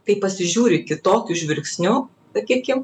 kai pasižiūri kitokiu žvilgsniu sakykim